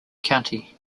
county